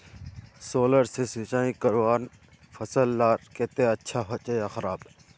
Solar से सिंचाई करना फसल लार केते अच्छा होचे या खराब?